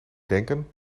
denken